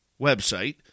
website